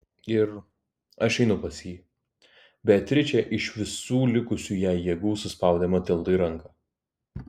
ir aš einu pas jį beatričė iš visų likusių jai jėgų suspaudė matildai ranką